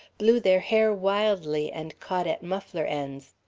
blew their hair wildly and caught at muffler ends.